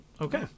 okay